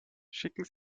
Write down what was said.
schicken